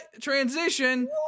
Transition